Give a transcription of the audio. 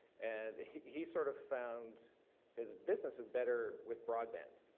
and he sort of found his business is better with broadband,